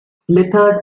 slithered